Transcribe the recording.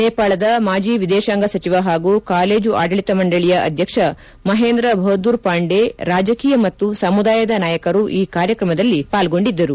ನೇಪಾಳದ ಮಾಜಿ ವಿದೇಶಾಂಗ ಸಚಿವ ಹಾಗೂ ಕಾಲೇಜು ಆಡಳಿತ ಮಂಡಳಿಯ ಅಧ್ಯಕ್ಷ ಮಹೇಂದ್ರ ಬಹದ್ದೂರ್ ಪಾಂಡೆ ರಾಜಕೀಯ ಮತ್ತು ಸಮುದಾಯದ ನಾಯಕರು ಈ ಕಾರ್ಯಕ್ರಮದಲ್ಲಿ ಪಾಲ್ಗೊಂಡಿದ್ದರು